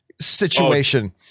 situation